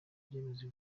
byemezo